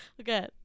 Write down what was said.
Okay